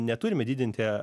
neturime didinti